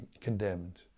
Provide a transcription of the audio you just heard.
condemned